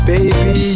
Baby